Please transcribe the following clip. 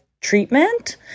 treatment